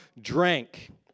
drank